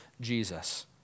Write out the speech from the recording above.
Jesus